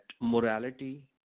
morality